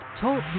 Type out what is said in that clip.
Talk